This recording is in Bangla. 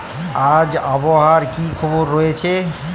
আজ আবহাওয়ার কি খবর রয়েছে?